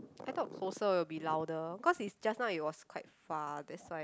I thought closer will be louder cause it's just now it was quite far that's why